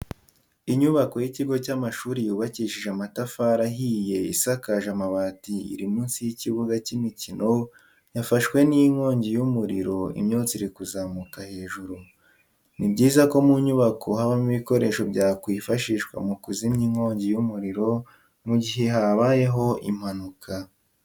Inyubako y'ikigo cy'amashuri yubakishije amatafari ahiye isakaje amabati iri munsi y'ikibuga cy'imikino yafashwe n'inkongi y'umuriro imyotsi iri kuzamuka hejuru. Ni byiza ko mu nyubako habamo ibikoresho byakwifashishwa mu kuzimya inkongi y'umuriro mu gihe habayeho impanuka.